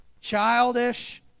Childish